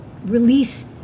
Release